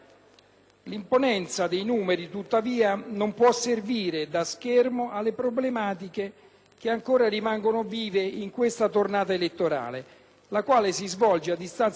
che ancora rimangono vive in questa tornata elettorale, la quale si svolge a distanza di trent'anni dal primo suffragio elettorale diretto del 1979.